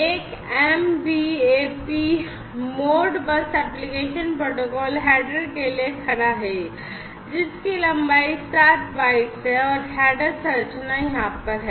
MBAP Modbus application protocol header के लिए खड़ा है जिसकी लंबाई 7 bytes है और हेडर संरचना यहां पर है